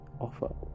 offer